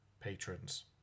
patrons